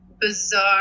bizarre